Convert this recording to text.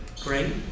great